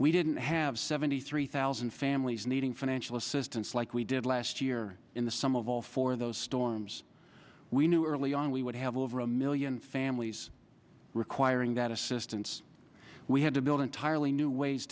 we didn't have seventy three thousand families needing financial assistance like we did last year in the sum of all four of those storms we knew early on we would have over a million families requiring that assistance we had to build entirely new ways